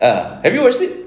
ah have you watched it